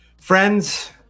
friends